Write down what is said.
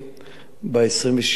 ב-26 ביוני,